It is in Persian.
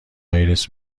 آیرس